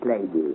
ladies